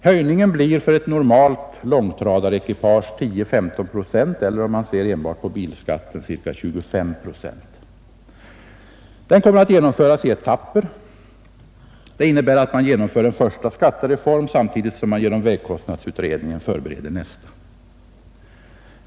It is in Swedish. Höjningen blir för ett normalt långtradarekipage 10—15 procent — om man ser enbart till bilskatten ca 25 procent. Den kommer att genomföras i etapper. Det innebär att man genomför en första reform samtidigt som man genom vägkostnadsutredningen förbereder nästa.